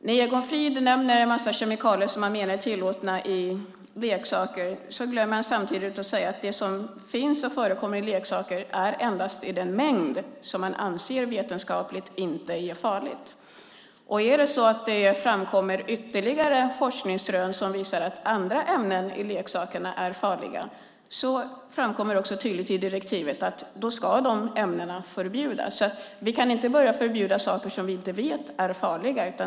När Egon Frid nämner ett antal kemikalier som är tillåtna i leksaker glömmer han samtidigt att säga att det som finns i leksaker endast förekommer i den mängd som man anser vetenskapligt inte är farligt. Framkommer det ytterligare forskningsrön som visar att andra ämnen i leksakerna är farliga framkommer det också tydligt i direktivet att de ämnena ska förbjudas. Vi kan inte förbjuda saker som vi inte vet är farliga.